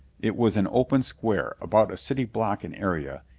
it was an open square, about a city block in area,